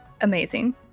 amazing